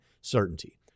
certainty